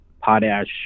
potash